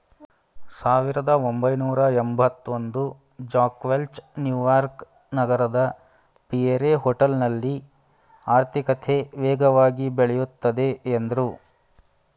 ಸಾವಿರದಒಂಬೈನೂರಎಂಭತ್ತಒಂದು Jack Welch New York ನಗರದ Pierre ಹೋಟೆಲ್ನಲ್ಲಿ ಆರ್ಥಿಕತೆ ವೇಗವಾಗಿ ಬೆಳೆಯುತ್ತದೆ ಎಂದ್ರು